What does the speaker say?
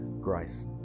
grace